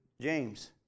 James